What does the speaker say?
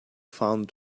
found